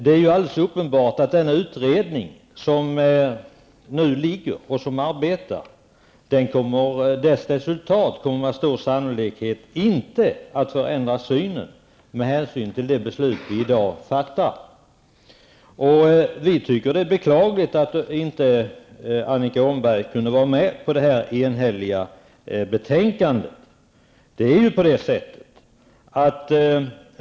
Det är alldeles uppenbart att resultatet av den utredning som nu arbetar med stor sannolikhet inte kommer att förändra synen med hänsyn till det beslut vi i dag fattar. Vi tycker att det är beklagligt att Annika Åhnberg inte vill vara med på detta enhälliga betänkande.